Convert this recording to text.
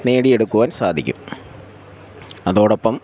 നേടിയെടുക്കുവാൻ സാധിക്കും അതോടൊപ്പം